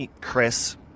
Chris